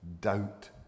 doubt